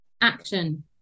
Action